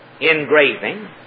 engraving